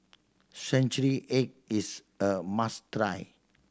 century egg is a must try